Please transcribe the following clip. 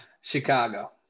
Chicago